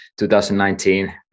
2019